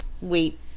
wait